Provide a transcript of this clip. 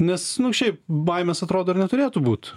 nes nu šiaip baimės atrodo ir neturėtų būt